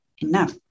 enough